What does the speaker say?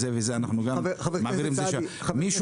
אנחנו כמובן נעיר ויכול להיות שיהיו גורמים נוספים